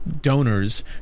donors